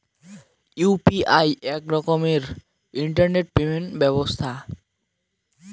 UPI আক রকমের internet payment ব্যবছথা